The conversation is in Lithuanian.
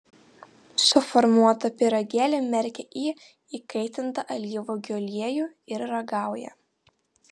suformuotą pyragėlį merkia į įkaitintą alyvuogių aliejų ir ragauja